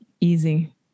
easy